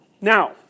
Now